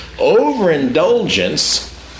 Overindulgence